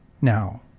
Now